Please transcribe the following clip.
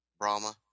Brahma